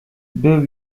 był